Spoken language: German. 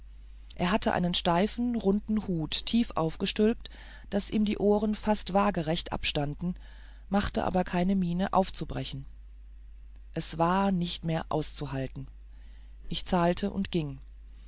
er hatte seinen steifen runden hut tief aufgestülpt daß ihm die ohren fast waagerecht abstanden machte aber keine miene aufzubrechen es war nicht mehr auszuhalten ich zahlte und ging